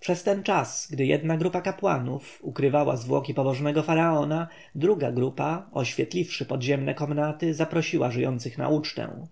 przez ten czas gdy jedna grupa kapłanów ukrywała zwłoki pobożnego faraona inna grupa oświetliwszy podziemne komnaty zaprosiła żyjących na ucztę